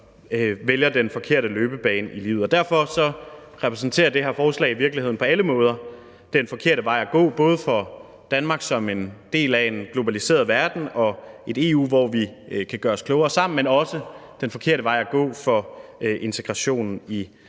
som vælger den forkerte løbebane i livet. Derfor repræsenterer det her forslag i virkeligheden på alle måder den forkerte vej at gå, både for Danmark som en del af en globaliseret verden og et EU, hvor vi kan gøre os klogere sammen, men også den forkerte vej at gå for integrationen i